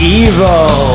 evil